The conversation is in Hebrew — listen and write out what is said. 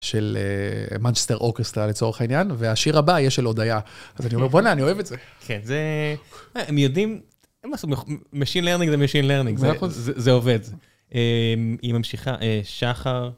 של מנצ'סטר אורקסטרה לצורך העניין, והשיר הבא יהיה של אודיה. אז אני אומר, בוא'נה, אני אוהב את זה. כן, זה... הם יודעים... אין מה לעשות, משין לרנינג זה משין לרנינג, זה עובד. היא ממשיכה, שחר...